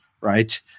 Right